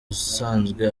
usanzwe